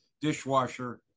dishwasher